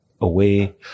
away